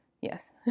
Yes